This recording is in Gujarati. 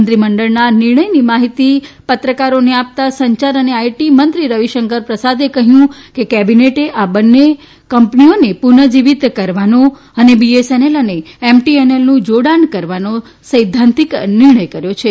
મંત્રીમંડળના નિર્ણયની માહીતી પત્રકારોને આપતાં સંચાર અને આઇટી મંત્રી રવિશંકર પ્રસાદે કહ્યું કે કેબિનેટે આ બંને કંપનીઓને પુર્નજીવીત કરવાનો અને બીએસએનએલ અને એમટીએનએલનું ૌડાણ કરવાનો સૈધ્ધાંતિક નિર્ણય કર્યો છે